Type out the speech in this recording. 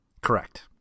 Correct